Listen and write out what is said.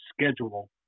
schedule